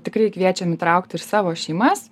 tikrai kviečiam įtraukt ir savo šeimas